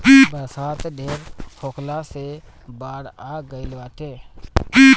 बरसात ढेर होखला से बाढ़ आ गइल बाटे